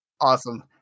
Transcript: Awesome